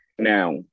Now